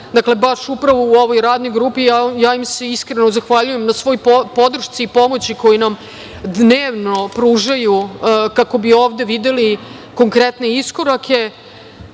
dakle baš upravo u ovoj Radnoj grupi. Iskreno, ja im se zahvaljujem na svoj podršci i pomoći koju nam dnevno pružaju kako bi ovde videli konkretne iskorake. Takođe